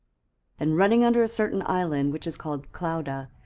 and running under a certain island which is called clauda,